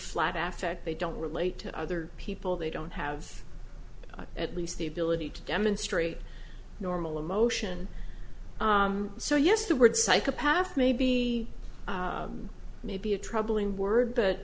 flat after they don't relate to other people they don't have at least the ability to demonstrate normal emotion so yes the word psychopath may be may be a troubling word but